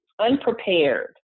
unprepared